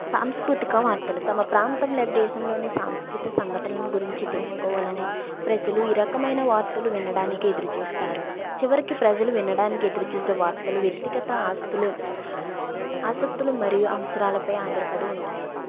సాంస్కృతిక వార్తలు తమ ప్రాంతంల దేశంలోని సాంస్కృతి సంఘటనలను గురించి తెలుసుకోవాలని ప్రజలు ఈ రకమైన వార్తలు వినడానికి ఎదురు చూస్తారు చివరికి ప్రజలు వినడానికి ఎదురుచూసే వార్తలు వ్యక్తిగత ఆస్తులు ఆసక్తులు మరియు అవసరాలపై ఆధారపడి ఉంటాయి